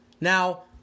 Now